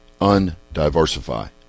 Undiversify